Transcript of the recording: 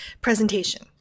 presentation